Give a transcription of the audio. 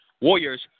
Warriors